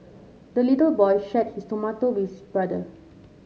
the little boy shared his tomato with his brother